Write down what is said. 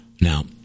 Now